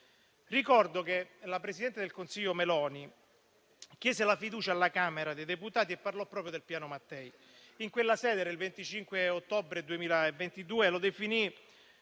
Ricordo che il presidente del Consiglio Meloni chiese la fiducia alla Camera dei deputati e parlò proprio del Piano Mattei. In quella sede, il 25 ottobre 2022, definì